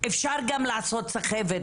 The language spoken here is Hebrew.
אפשר לעשות סחבת גם